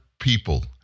people